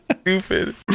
Stupid